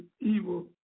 evil